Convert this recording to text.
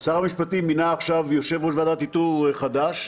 שר המשפטים מינה עכשיו יושב-ראש ועדת איתור חדש,